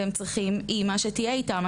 והם צריכים אימא שתהיה איתם.